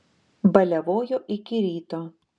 baliavojo iki ryto